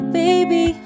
baby